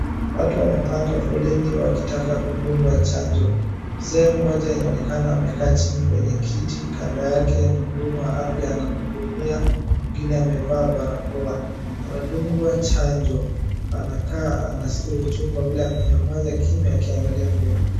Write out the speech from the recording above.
Watu wamepanga foleni wakitaka kudungwa chanjo. Mzee mmoja inaonekana amekaa chini kwenye kiti. Kando yake mhudumu wa afya anamhudumia. Mwingine amevaa barakoa anadungwa chanjo. Anakaa anasikia uchungu kwa vile amenyamaza kimya akiangalia mbele.